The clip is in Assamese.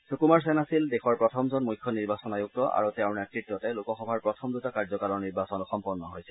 সুকুমাৰ সেন আছিল দেশৰ প্ৰথমজন মুখ্য নিৰ্বাচন আয়ুক্ত আৰু তেওঁৰ নেতৃত্বতে লোকসভাৰ প্ৰথম দুটা কাৰ্যকালৰ নিৰ্বাচন সম্পন্ন হৈছিল